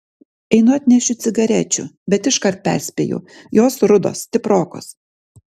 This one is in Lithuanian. einu atnešiu cigarečių bet iškart perspėju jos rudos stiprokos